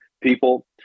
people